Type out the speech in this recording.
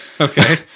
Okay